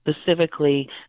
specifically